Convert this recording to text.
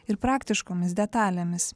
ir praktiškomis detalėmis